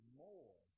more